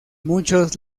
muchos